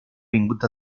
vingut